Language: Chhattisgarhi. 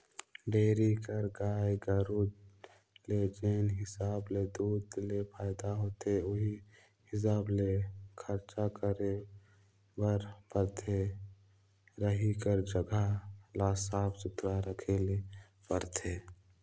डेयरी कर गाय गरू ले जेन हिसाब ले दूद ले फायदा होथे उहीं हिसाब ले खरचा करे बर परथे, रहें कर जघा ल साफ सुथरा रखे ले परथे